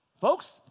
Folks